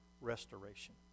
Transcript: restoration